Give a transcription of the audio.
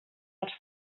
els